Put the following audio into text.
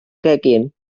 gegin